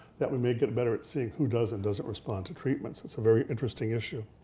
that we may get better at seeing who does and doesn't respond to treatments. it's a very interesting issue.